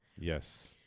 Yes